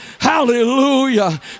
Hallelujah